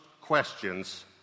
questions